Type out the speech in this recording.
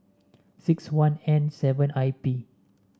sixt one N seven I P